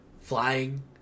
flying